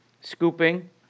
Scooping